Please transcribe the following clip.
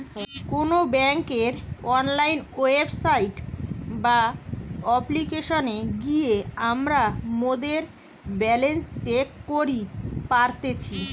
কোনো বেংকের online website বা অপ্লিকেশনে গিয়ে আমরা মোদের ব্যালান্স চেক করি পারতেছি